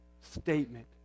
statement